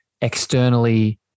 externally